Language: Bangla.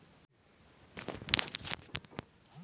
জীবজন্তু সম্পদ হিছাবে ব্যতিক্রম হইলেক শুয়োর যা সৌগ কিছু খায়ং